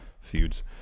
feuds